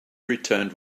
returned